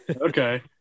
okay